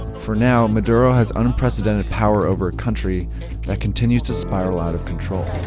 for now, maduro has unprecedented power over a country that continues to spiral out of control.